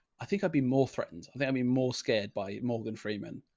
i think i'd be more threatened. i think, i mean, more scared by morgan freeman.